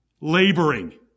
Laboring